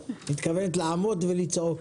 היא מתכוונת לעמוד ולצעוק.